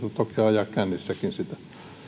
ajaa kännissäkin sitä